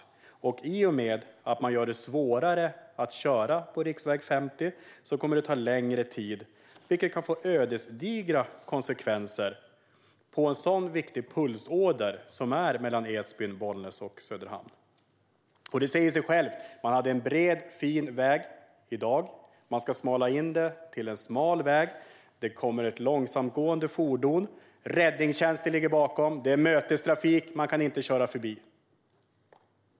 Men och i och med att man gör det svårare att köra på riksväg 50, som är en så viktig pulsåder mellan Edsbyn, Bollnäs och Söderhamn, kommer det att ta längre tid, vilket kan få ödesdigra konsekvenser. Det är en bred fin väg i dag som ska göras till en smal väg. Om räddningstjänsten ligger bakom ett långsamtgående fordon och det är mötestrafik kan man inte köra om.